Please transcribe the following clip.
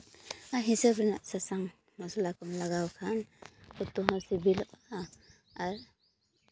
ᱟᱨ ᱦᱤᱥᱟᱹᱵᱽ ᱨᱮᱱᱟᱜ ᱥᱟᱥᱟᱝ ᱢᱚᱥᱞᱟ ᱠᱚᱢ ᱞᱟᱜᱟᱣ ᱠᱷᱟᱱ ᱩᱛᱩᱦᱚᱸ ᱥᱤᱵᱤᱞᱚᱜᱼᱟ ᱟᱨ